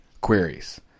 queries